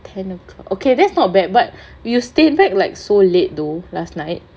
ten O'clock okay that's not bad but you stayed night like so late though last night